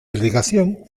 irrigación